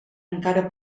encara